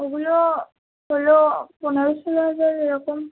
ওগুলো হলো পনেরো ষোলো হাজার এরকম